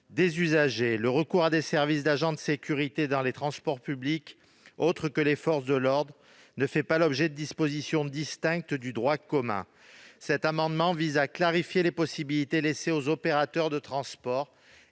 des usagers. Le recours à des services d'agents de sécurité dans les transports publics, au-delà des forces de l'ordre, ne fait pas l'objet de dispositions distinctes du droit commun. Cet amendement vise donc à clarifier les possibilités laissées aux opérateurs de transport